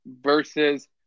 versus